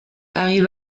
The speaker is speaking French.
arrivent